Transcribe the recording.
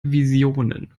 visionen